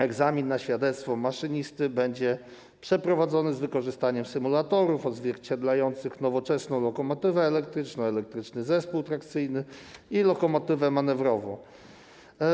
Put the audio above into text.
Egzamin na świadectwo maszynisty będzie przeprowadzany z wykorzystaniem symulatorów odzwierciedlających nowoczesną lokomotywę elektryczną, elektryczny zespół trakcyjny i lokomotywę manewrową.